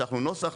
שלחנו נוסח,